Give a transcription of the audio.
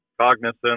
cognizant